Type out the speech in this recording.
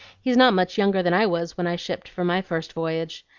he's not much younger than i was when i shipped for my first voyage.